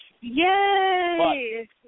Yay